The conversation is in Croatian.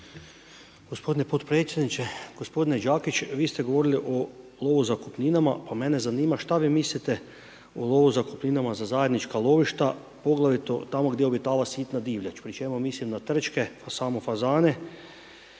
Gospodine podpredsjedniče, gospodine Đakić, vi ste govorili o lovu zakupninama, pa mene zanima što vi mislite o lovu zakupninama za zajednička lovišta, poglavito tamo gdje obitava sitna divljač, pri mislim na trčke, samo fazane.